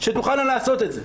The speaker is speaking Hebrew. שתוכלנה לעשות את זה.